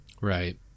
right